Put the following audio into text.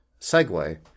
segue